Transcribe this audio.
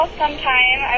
sometime